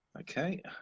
Okay